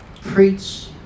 preach